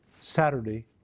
Saturday